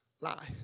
lie